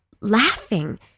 laughing